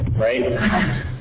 right